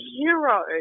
hero